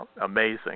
amazing